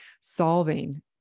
solving